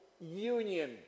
union